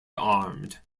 armed